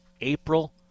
April